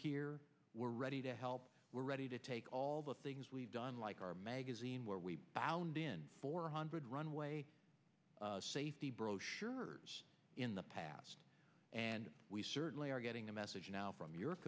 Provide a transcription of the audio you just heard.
here we're ready to help we're ready to take all the things we've done like our magazine where we found in four hundred runway safety brochure in the past and we certainly are getting a message now from